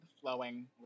flowing